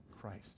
Christ